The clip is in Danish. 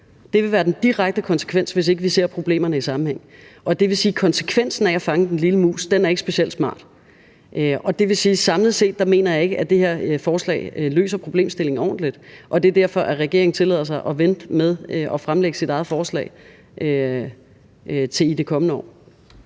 Det vil være den direkte konsekvens, hvis ikke vi ser problemerne i sammenhæng. Og det vil sige, at konsekvensen af at fange den lille mus er ikke specielt smart, og det vil sige, at samlet set mener jeg ikke det her forslag løser problemstillingen ordentligt, og det er derfor, regeringen tillader sig at vente med at fremlægge sit eget forslag til det kommende år.